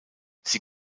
sie